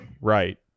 right